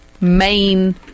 main